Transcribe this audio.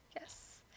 Yes